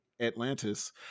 atlantis